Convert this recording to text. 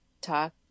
talk